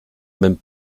mêmes